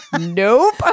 Nope